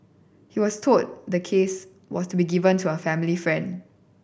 he was told the case was to be given to a family friend